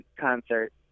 concert